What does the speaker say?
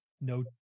no